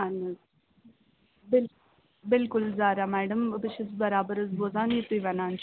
اَہَن حظ بِل بِلکُل ظاہرہ میڈم بہٕ چھَس برابر حظ بوزان یہِ تُہۍ وَنان چھِو